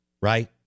right